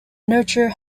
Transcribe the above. nurture